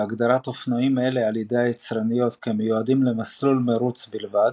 והגדרת אופנועים אלו על ידי היצרניות כמיועדים למסלול מרוץ בלבד,